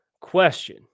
question